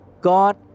God